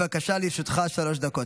בבקשה, לרשותך שלוש דקות.